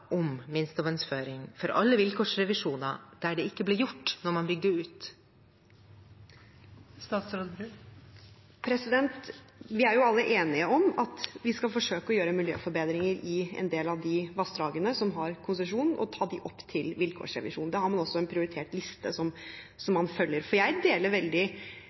om minstevannføring for alle vilkårsrevisjoner der det ikke ble gjort da man bygde ut? Vi er alle enige om at vi skal forsøke å gjøre miljøforbedringer i en del av de vassdragene som har konsesjon, og ta dem opp til vilkårsrevisjon. Der har man også en prioritert liste man følger. Jeg deler veldig det som representanten her tar opp, nettopp vårt ansvar for